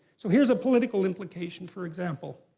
so here's a political implication, for example.